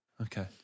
okay